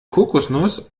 kokosnuss